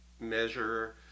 measure